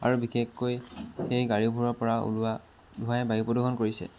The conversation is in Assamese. আৰু বিশেষকৈ সেই গাড়ীবোৰৰ পৰা ওলোৱা ধোঁৱাই বায়ু প্ৰদূষণ কৰিছে